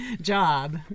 job